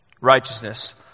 Righteousness